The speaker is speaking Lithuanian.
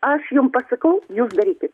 aš jum pasakau jūs darykit